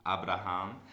Abraham